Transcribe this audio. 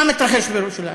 מה מתרחש בירושלים?